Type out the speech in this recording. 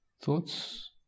Thoughts